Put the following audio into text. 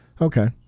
Okay